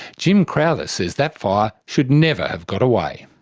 jim crowther says that fire should never have got away.